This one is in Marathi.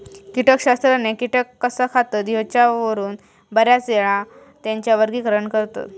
कीटकशास्त्रज्ञ कीटक कसा खातत ह्येच्यावरून बऱ्याचयेळा त्येंचा वर्गीकरण करतत